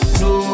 no